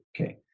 Okay